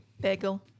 bagel